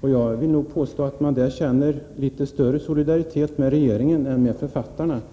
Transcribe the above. Jag vill nog påstå att man där känner litet större solidaritet med regeringen än med författarna.